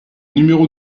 numéro